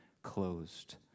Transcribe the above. closed